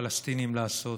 הפלסטינים לעשות,